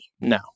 no